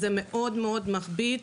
זה מאוד מאוד מכביד,